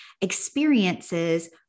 experiences